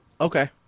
okay